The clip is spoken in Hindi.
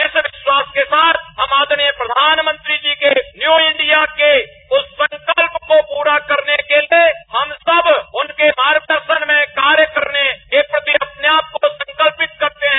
इस विश्वास के साथ आदरणीय प्रधानमंत्री जी के न्यू इंडिया के उस संकल्प को पूरा करने के लिए हम सब उनके मार्ग दर्शन में कार्य करने के प्रति अपने आपको संकल्पित करते है